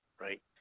Right